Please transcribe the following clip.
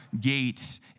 gate